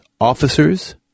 officers